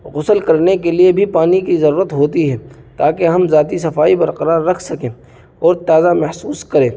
غسل کرنے کے لیے بھی پانی کی ضرورت ہوتی ہے تاکہ ہم ذاتی صفائی برقرار رکھ سکیں اور تازہ محسوس کریں